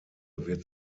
wird